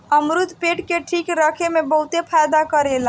अमरुद पेट के ठीक रखे में बहुते फायदा करेला